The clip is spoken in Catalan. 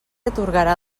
atorgarà